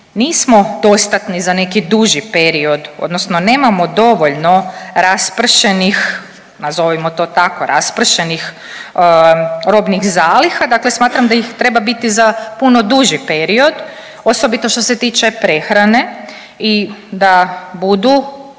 nismo dostatni za neki duži period odnosno nemamo dovoljno raspršenih, nazovimo to tako, raspršenih robnih zaliha, dakle smatram da ih treba biti za puno duži period, osobito što se tiče prehrane i da budu